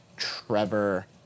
Trevor